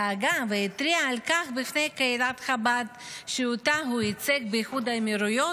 דאגה והתריעה על כך בפני קהילת חב"ד שאותה הוא ייצג באיחוד האמירויות,